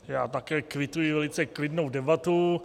Já také kvituji velice klidnou debatu.